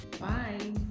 Bye